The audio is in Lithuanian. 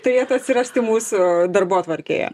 turėtų atsirasti mūsų darbotvarkėje